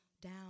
down